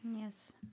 Yes